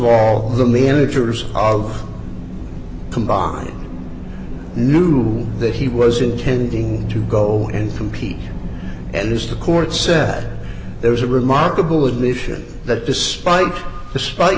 all the managers of combine knew that he was intending to go and compete and has the court said there was a remarkable admission that despite despite